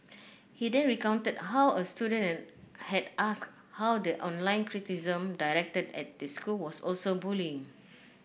he then recounted how a student had asked how the online criticism directed at the school was also bullying